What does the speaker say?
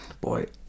boy